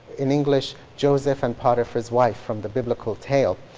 in english, joseph and potiphar's wife from the biblical tale.